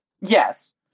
Yes